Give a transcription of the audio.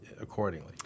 accordingly